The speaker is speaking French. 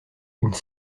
une